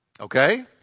Okay